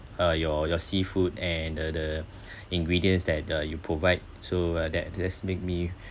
uh your your seafood and the the ingredients that uh you provide so uh that that's make me